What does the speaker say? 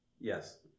Yes